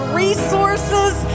resources